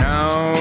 Now